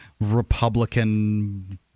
Republican